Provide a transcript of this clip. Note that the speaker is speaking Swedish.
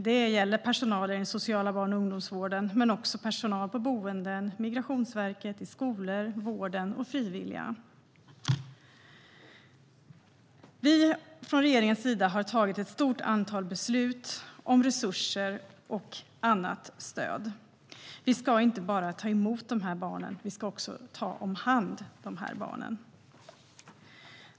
Det gäller personal inom den sociala barn och ungdomsvården men också personal på boenden, på Migrationsverket, i skolor, i vården och även frivilliga. Från regeringens sida har vi tagit ett stort antal beslut om resurser och annat stöd. Vi ska inte bara ta emot de här barnen, utan vi ska också ta hand om dem.